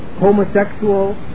homosexual